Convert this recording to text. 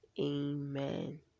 amen